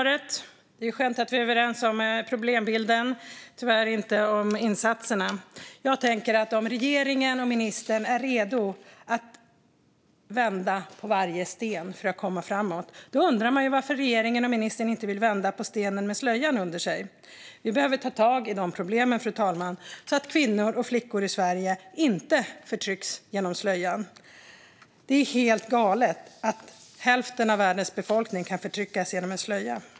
Fru talman! Tack, ministern, för det utvecklade svaret! Det är skönt att vi är överens om problembilden. Tyvärr är vi inte det om insatserna. Om regeringen och ministern är redo att vända på varje sten för att komma framåt undrar jag varför regeringen och ministern inte vill vända på stenen med slöjan under sig. Vi behöver ta tag i de här problemen, fru talman, så att kvinnor och flickor i Sverige inte förtrycks genom slöjan. Det är helt galet att hälften av världens befolkning kan förtryckas genom en slöja.